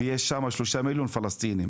ויש שם 3 מיליון פלסטינים.